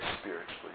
spiritually